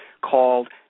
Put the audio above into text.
called